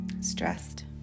stressed